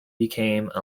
became